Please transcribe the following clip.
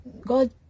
God